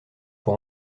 pour